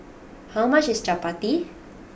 how much is Chappati